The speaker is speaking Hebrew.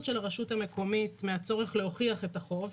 של הרשות המקומית מהצורך להוכיח את החוב,